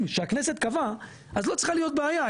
שהכנסת קבעה אז לא צריכה להיות בעיה,